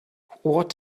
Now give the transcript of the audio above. what